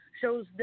shows